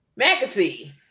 McAfee